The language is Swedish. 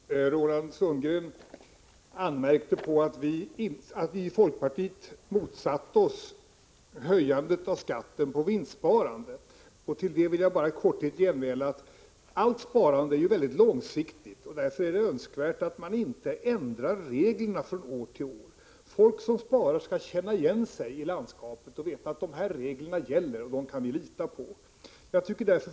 Herr talman! Roland Sundgren anmärkte på att vi i folkpartiet motsatte oss höjandet av skatten på vinstsparande. På det vill jag bara i korthet genmäla att allt sparande är väldigt långsiktigt. Därför är det önskvärt att man inte ändrar reglerna från år till år. De som sparar skall kunna känna igen sig i landskapet och veta vilka regler som gäller och kunna lita på dem.